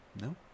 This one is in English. no